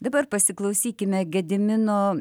dabar pasiklausykime gedimino